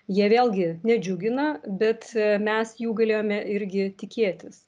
jie vėlgi nedžiugina bet mes jų galėjome irgi tikėtis